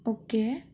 okay